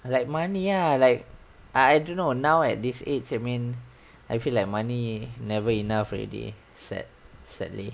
like money lah like I I don't know now at this age I mean I feel like money never enough already sad~ sadly